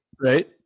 Right